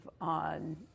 on